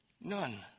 None